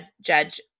Judge